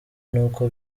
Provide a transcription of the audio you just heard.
nuko